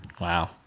Wow